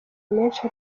menshi